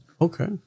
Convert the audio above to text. Okay